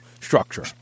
structure